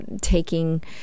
taking